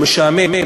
הוא משעמם,